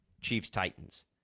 Chiefs-Titans